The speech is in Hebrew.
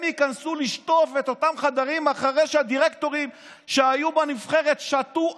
הם ייכנסו לשטוף את אותם חדרים אחרי שהדירקטורים שהיו בנבחרת שתו,